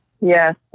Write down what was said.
yes